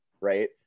right